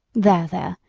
there, there!